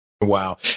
Wow